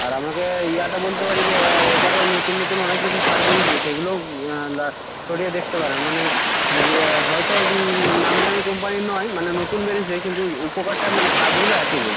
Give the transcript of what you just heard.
আর আমাকে ইয়াটা বলতে পারি যে এবারে নতুন নতুন অনেক কিছু সার বেড়িয়েছে সেগুলো লা ছড়িয়ে দেখতে পারেন মানে যে হয়তো নামি দামি কোম্পানি নয় মানে নতুন বেড়িয়েছে কিন্তু ওই উপকারটা মানে কাজগুলো একই রয়েছে